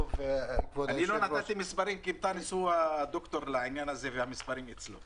לא נתתי מספרים כי אנטאנס הוא הדוקטור לנושא והמספרים אצלו.